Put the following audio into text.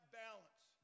balance